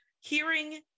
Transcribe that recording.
hearing